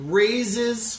raises